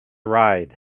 ride